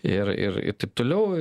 ir ir taip toliau